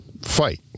fight